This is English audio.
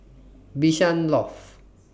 Bishan Loft